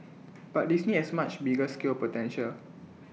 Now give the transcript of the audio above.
but Disney has much bigger scale potential